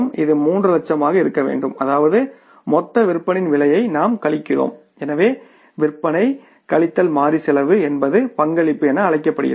இது 3 லட்சமாக இருக்க வேண்டும் அதாவது மொத்த விற்பனையின் விலையை நாம் கழிக்கிறோம் எனவே விற்பனை கழித்தல் மாறி செலவு என்பது பங்களிப்பு என அழைக்கப்படுகிறது